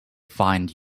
find